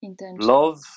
love